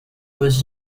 was